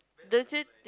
that's it